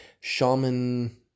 Shaman